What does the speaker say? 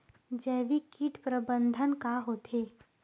जैविक कीट प्रबंधन का होथे?